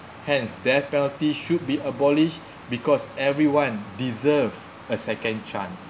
hence death penalty should be abolished because everyone deserve a second chance